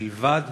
מלבד